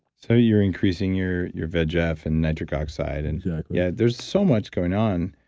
so you're increasing your your vegf and nitric oxide and exactly yeah there's so much going on,